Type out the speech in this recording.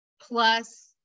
plus